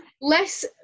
Less